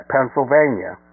Pennsylvania